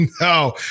No